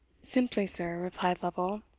simply, sir, replied lovel,